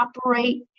operate